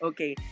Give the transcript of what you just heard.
Okay